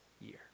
year